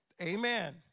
Amen